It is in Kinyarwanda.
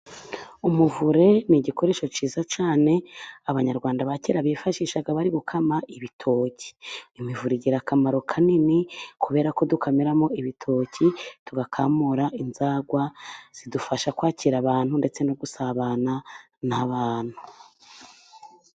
Umuvure ni igikoresho cyiza cyane abanyarwanda ba kera bifashishaga bari gukama ibitoki. Imivure igira akamaro kanini kubera ko dukamiramo ibitoki tugakamura inzagwa, zidufasha kwakira abantu ndetse no gusabana n'abantu.